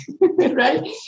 right